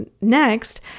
next